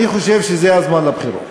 אני חושב שזה הזמן לבחירות.